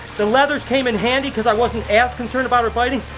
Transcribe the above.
the leathers came and handy cause i wasn't as concerned about her biting,